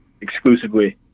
exclusively